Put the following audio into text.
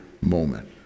moment